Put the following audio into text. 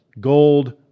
gold